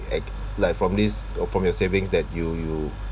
ac~ like from this uh from your savings that you you